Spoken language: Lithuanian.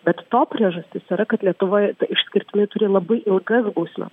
bet to priežastis yra kad lietuva išskirtinai turi labai ilgas bausmes